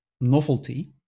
novelty